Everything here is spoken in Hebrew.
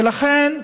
ולכן,